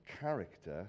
character